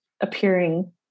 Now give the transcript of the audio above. appearing